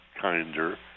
kinder